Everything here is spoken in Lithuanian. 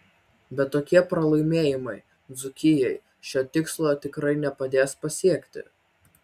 bet tokie pralaimėjimai dzūkijai šio tikslo tikrai nepadės pasiekti